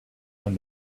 when